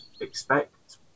expect